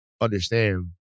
understand